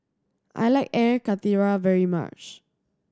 I like Air Karthira very much